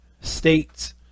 states